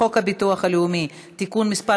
חוק הביטוח הלאומי (תיקון מס'